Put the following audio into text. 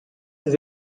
ses